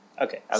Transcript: Okay